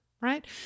right